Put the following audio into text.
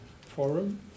forum